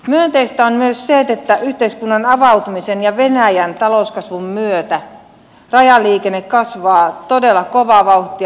myönteistä on myös se että yhteiskunnan avautumisen ja venäjän talouskasvun myötä rajaliikenne kasvaa todella kovaa vauhtia